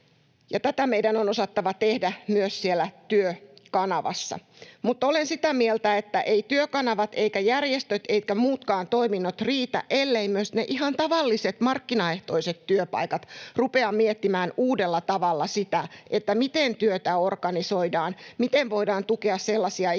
Tätä meidän on osattava tehdä myös siellä Työkanavassa. Mutta olen sitä mieltä, että ei Työkanava eivätkä järjestöt eivätkä muutkaan toiminnot riitä, elleivät myös ne ihan tavalliset markkinaehtoiset työpaikat rupea miettimään uudella tavalla sitä, miten työtä organisoidaan, miten voidaan tukea sellaisia ihmisiä,